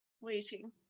Waiting